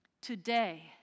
Today